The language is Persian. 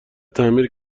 تعمیر